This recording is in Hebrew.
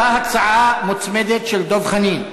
אותה הצעה מוצמדת של דב חנין.